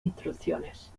instrucciones